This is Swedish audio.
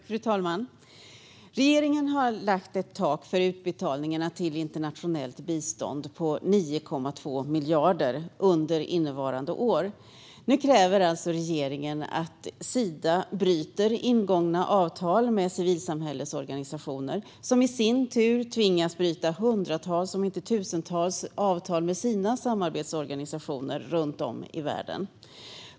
Fru talman! Regeringen har satt ett tak för utbetalningar till internationellt bistånd på 9,2 miljarder under innevarande år. Nu kräver regeringen att Sida bryter ingångna avtal med civilsamhällesorganisationer, som i sin tur tvingas bryta hundratals om inte tusentals avtal med sina samarbetsorganisationer runt om i världen.